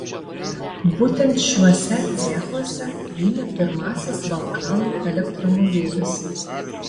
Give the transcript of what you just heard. būtent šiuose cechuose gimė pirmasis balkanų elektromobilis